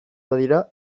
badira